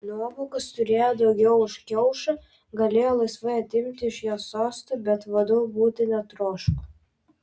nuovokos turėjo daugiau už kiaušą galėjo laisvai atimti iš jo sostą bet vadu būti netroško